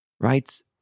writes